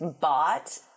bought